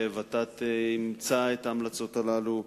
וות"ת אימצה את ההמלצות האלה,